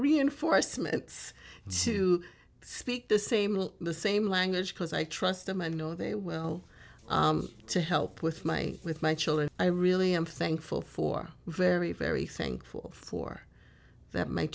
reinforcements to speak the same the same language because i trust them i know they will to help with my with my children i really am thankful for very very thankful for that my